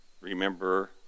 remember